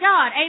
God